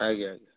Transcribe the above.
ଆଜ୍ଞା ଆଜ୍ଞା